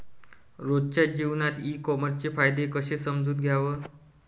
रोजच्या जीवनात ई कामर्सचे फायदे कसे समजून घ्याव?